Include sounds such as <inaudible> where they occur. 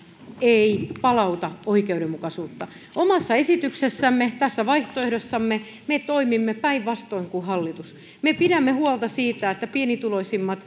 ei palauta oikeudenmukaisuutta omassa esityksessämme tässä vaihtoehdossamme me toimimme päinvastoin kuin hallitus me pidämme huolta siitä että pienituloisimmat <unintelligible>